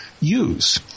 use